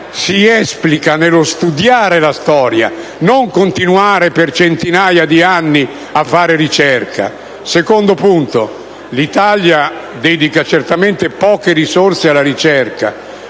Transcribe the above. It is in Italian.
si esplica nello studiare la storia, non continuando per centinaia di anni a fare ricerca. In secondo luogo, l'Italia dedica certamente poche risorse alla ricerca,